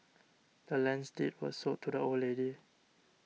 the land's deed was sold to the old lady